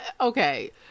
Okay